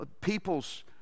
people's